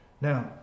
Now